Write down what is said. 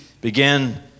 began